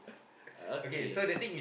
okay